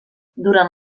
durant